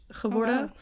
geworden